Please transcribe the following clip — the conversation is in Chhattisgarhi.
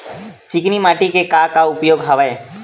चिकनी माटी के का का उपयोग हवय?